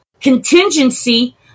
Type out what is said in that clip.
contingency